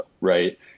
right